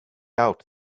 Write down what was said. out